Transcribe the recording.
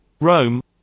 Rome